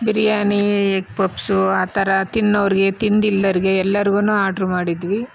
biryani egg puffs ಆ ಥರ ತಿನ್ನೋರ್ಗೆ ತಿಂದಿಲ್ಲ್ರಿಗೆ ಎಲ್ರಿಗುನೂ ಆಡ್ರ್ ಮಾಡಿದ್ವಿ